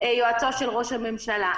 יועצו של ראש הממשלה.